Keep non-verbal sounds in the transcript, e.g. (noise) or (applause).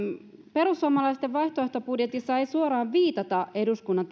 perussuomalaisten vaihtoehtobudjetissa ei suoraan viitata eduskunnan (unintelligible)